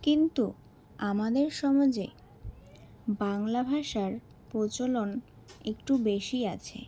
কিন্তু আমাদের সমাজে বাংলা ভাষার প্রচলন একটু বেশি আছে